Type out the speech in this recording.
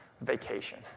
vacation